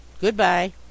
Good-bye